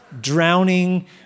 drowning